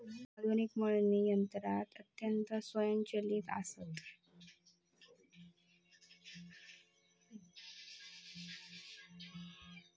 आधुनिक मळणी यंत्रा अत्यंत स्वयंचलित आसत